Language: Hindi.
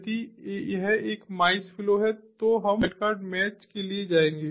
यदि यह एक माइस फ्लो है तो हम वाइल्डकार्ड मैच के लिए जाएंगे